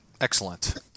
Excellent